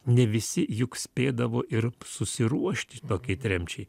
ne visi juk spėdavo ir susiruošti tokiai tremčiai